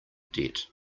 debt